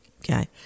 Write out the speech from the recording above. Okay